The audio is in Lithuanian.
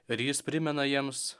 ir jis primena jiems